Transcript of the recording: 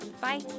bye